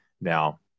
now